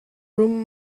room